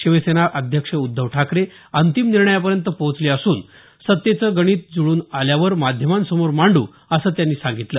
शिवसेना अध्यक्ष उद्धव ठाकरे अंतिम निर्णयापर्यंत पोचले असून सत्तेचं गणित जुळून आल्यावर माध्यमांसमोर मांडू असं त्यांनी सांगितलं